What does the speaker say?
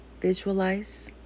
visualize